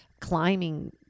climbing